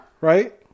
Right